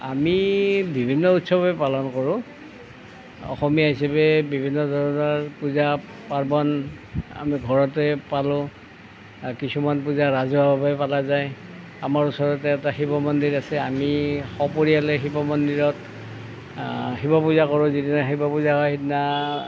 আমি বিভিন্ন উৎসৱে পালন কৰোঁ অসমীয়া হিচাপে বিভিন্ন ধৰণৰ পূজা পাৰ্বন আমি ঘৰতে পালোঁ কিছুমান পূজা ৰাজহুৱাভাৱে পালা যায় আমাৰ ওচৰতে এটা শিৱ মন্দিৰ আছে আমি সপৰিয়ালে শিৱ মন্দিৰত শিৱ পূজা কৰোঁ যিদিনা শিৱ পূজা হয় সেইদিনা